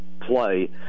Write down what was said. play